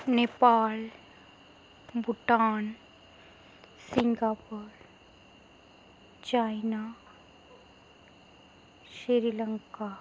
Nepal Bhutan Singapore China Sri Lanka